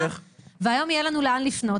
ברשותך גברת -- והיום יהיה לנו לאן לפנות